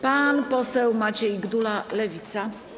Pan poseł Maciej Gdula, Lewica.